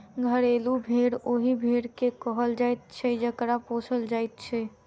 घरेलू भेंड़ ओहि भेंड़ के कहल जाइत छै जकरा पोसल जाइत छै